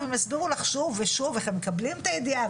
והם יסבירו לך שוב ושוב איך הם מקבלים את הידיעה,